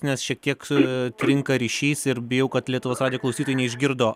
nes šiek tiek sutrinka ryšys ir bijau kad lietuvos radijo klausytojai neišgirdo